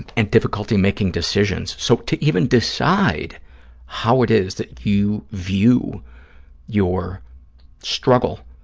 and difficulty making decisions. so to even decide how it is that you view your struggle,